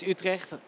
Utrecht